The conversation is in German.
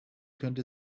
könnte